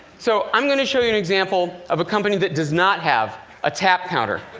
so, i'm going to show you an example of a company that does not have a tap counter.